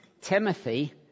Timothy